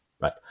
right